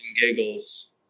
giggles